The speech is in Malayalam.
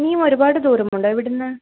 ഇനിയും ഒരുപാട് ദൂരമുണ്ടോ ഇവടെ നിന്ന്